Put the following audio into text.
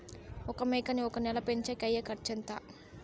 ఒక మేకని ఒక నెల పెంచేకి అయ్యే ఖర్చు ఎంత?